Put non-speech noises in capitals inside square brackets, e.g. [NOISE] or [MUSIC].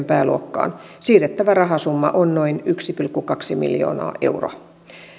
[UNINTELLIGIBLE] pääluokkaan siirrettävä rahasumma on noin yksi pilkku kaksi miljoonaa euroa